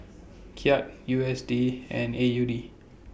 Kyat U S D and A U D